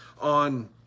on